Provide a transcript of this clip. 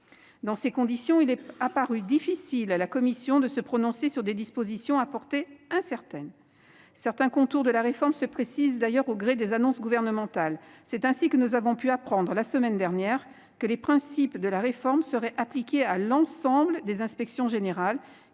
Dans ces conditions, la commission a jugé difficile de se prononcer sur des dispositions d'une portée incertaine. Certains contours de la réforme se précisent d'ailleurs au gré des annonces gouvernementales : ainsi, nous avons appris la semaine dernière que les principes de la réforme seraient appliqués à l'ensemble des inspections générales